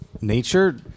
nature